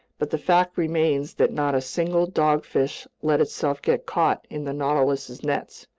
but the fact remains that not a single dogfish let itself get caught in the nautilus's nets,